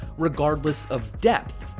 regardless of depth.